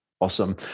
Awesome